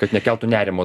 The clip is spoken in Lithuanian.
kad nekeltų nerimo